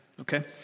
okay